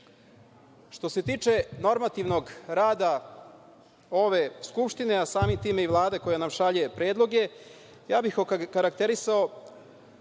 se tiče normativnog rada ove Skupštine, a samim tim i Vlade koja nam šalje predloge, ja bih okarakterisao